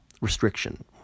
restriction